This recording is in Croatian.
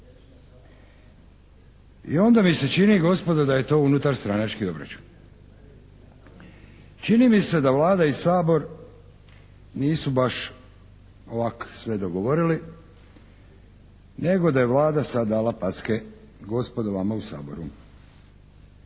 I onda mi se čini gospodo da je to unutarstranački obračun. Čini mi se da Vlada i Sabor nisu baš ovako sve dogovorili nego da je Vlada sad dala packe gospodo vama u Saboru.